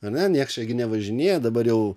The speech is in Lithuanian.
ane nieks čia nevažinėja dabar jau